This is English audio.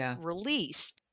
released